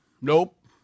nope